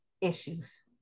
issues